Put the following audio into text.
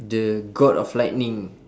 the god of lightning